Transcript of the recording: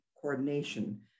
coordination